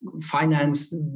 finance